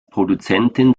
produzentin